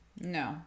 No